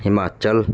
Himachal